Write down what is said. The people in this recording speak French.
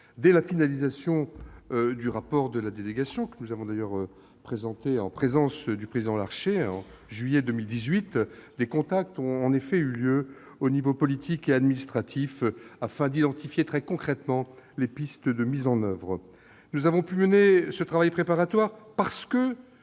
dès la finalisation du rapport de la délégation que nous avons présenté, en présence du président Larcher, en juillet 2018, des contacts ont eu lieu aux niveaux politique et administratif afin d'identifier très concrètement les pistes de mise en oeuvre. Nous avons pu mener ce travail préparatoire parce que